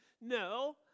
No